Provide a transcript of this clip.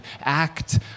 act